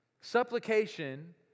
Supplication